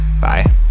Bye